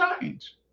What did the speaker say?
change